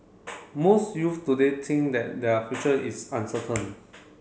most youth today think that their future is uncertain